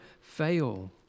fail